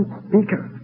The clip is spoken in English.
speaker